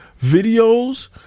videos